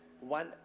one